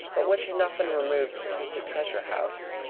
but which had not been removed to the treasure-house.